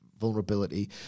vulnerability